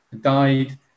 died